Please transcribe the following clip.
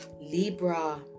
Libra